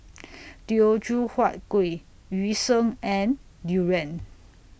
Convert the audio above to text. Teochew Huat Kuih Yu Sheng and Durian